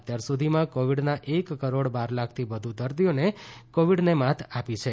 અત્યાર સુધીમાં કોવીડના એક કરોડ બાર લાખથી વધુ દર્દીઓને કોવીડને માત આપી છે